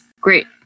great